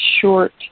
short